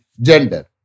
gender